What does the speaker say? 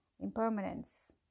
Impermanence